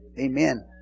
Amen